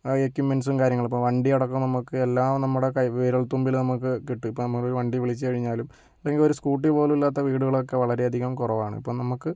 എക്യുപ്മെൻറ്റ്സും കാര്യങ്ങളും ഇപ്പോൾ വണ്ടി അടക്കം നമുക്ക് എല്ലാം നമ്മടെ കൈ വിരൽ തുമ്പിൽ നമുക്ക് കിട്ടും ഇപ്പോൾ നമുക്കൊരു വണ്ടി വിളിച്ച് കഴിഞ്ഞാലും അല്ലെങ്കിൽ ഒരു സ്കൂട്ടി പോലും ഇല്ലാത്ത വിടുകളൊക്കേ വളരേ അധികം കുറവാണ് ഇപ്പം നമുക്ക്